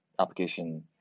Application